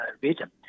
region